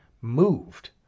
moved